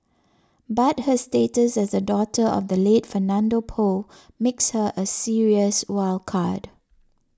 but her status as the daughter of the late Fernando Poe makes her a serious wild card